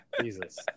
Jesus